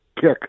kick